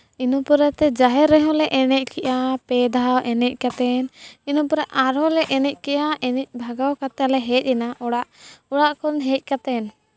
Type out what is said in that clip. ᱤᱱᱟᱹ ᱯᱚᱨᱮᱛᱮ ᱡᱟᱦᱮᱨ ᱨᱮᱦᱚᱸᱞᱮ ᱮᱱᱮᱡᱽ ᱠᱮᱜᱼᱟ ᱯᱮ ᱫᱷᱟᱣ ᱮᱱᱮᱡᱽ ᱠᱟᱛᱮᱫ ᱤᱱᱟᱹ ᱯᱚᱨᱮ ᱟᱨᱦᱚᱸᱞᱮ ᱮᱱᱮᱡᱽ ᱠᱮᱜᱼᱟ ᱮᱱᱮᱡᱽ ᱵᱷᱟᱜᱟᱣ ᱠᱟᱛᱮᱫᱞᱮ ᱦᱮᱡᱽ ᱮᱱᱟᱞᱮ ᱚᱲᱟᱜ ᱚᱲᱟᱜ ᱠᱷᱚᱱ ᱦᱮᱡᱽ ᱠᱟᱛᱮᱫ